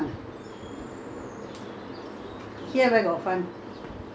ah இல்ல:illa race course leh deepavali னா:naa so much fun